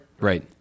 Right